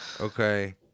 Okay